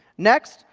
next,